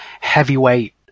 heavyweight